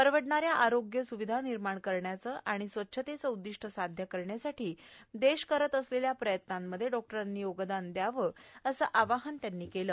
परवडणाऱ्या आरोग्य सुविधा निर्माण करण्याचे आणि स्वच्छतेचं उद्दिष्ट साध्य करण्यासाठी देश करत असलेल्या प्रयत्नांमध्ये डॉक्टरांनी योगदान द्यावं असं आवाहन त्यांनी केलं